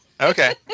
okay